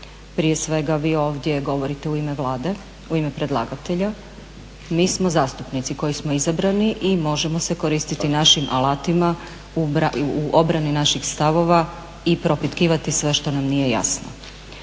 prije svega vi ovdje govorite u ime Vlade u ime predlagatelja, mi smo zastupnici koji smo izabrani i možemo se koristiti našim alatima u obrani naših stavova i propitkivati sve što nam nije jasno.